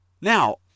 Now